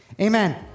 amen